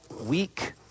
Weak